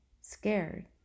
scared